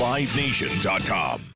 LiveNation.com